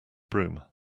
broom